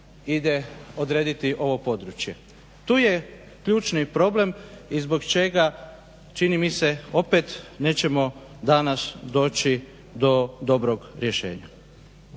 ide odrediti ovo područje. Tu je ključni problem i zbog čega čini mi se opet nećemo danas doći do dobrog rješenja.